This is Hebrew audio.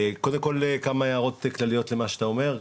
קודם כל כמה הערות כלליות למה שאתה אומר.